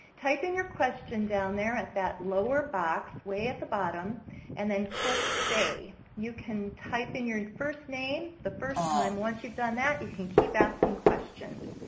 type in your question down there at that lower box way at the bottom and then click save. you can type in your first name the first time. once you've done that, you can keep asking questions.